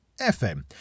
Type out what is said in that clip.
FM